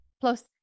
Plus